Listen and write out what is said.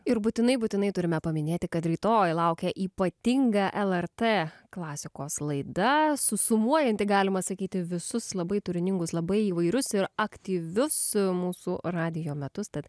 ir būtinai būtinai turime paminėti kad rytoj laukia ypatinga lrt klasikos laida susumuojanti galima sakyti visus labai turiningus labai įvairus ir aktyvius mūsų radijo metus tad